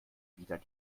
wieder